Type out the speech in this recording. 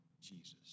Jesus